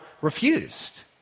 refused